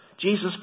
Jesus